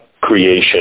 creation